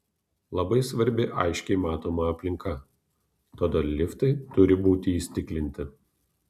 labai svarbi aiškiai matoma aplinka todėl liftai turi būti įstiklinti